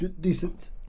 Decent